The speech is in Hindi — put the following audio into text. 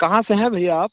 कहाँ से हैं भैया आप